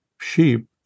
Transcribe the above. sheep